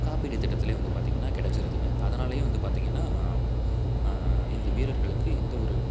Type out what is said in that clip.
காப்பீடு திட்டத்துலையே வந்து பார்த்திங்கன்னா கிடச்சிருதுங்க அதனாலயே வந்து பார்த்திங்கன்னா இந்த வீரர்களுக்கு எந்த ஒரு